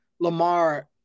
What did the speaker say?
Lamar